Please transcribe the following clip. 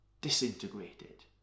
disintegrated